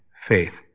faith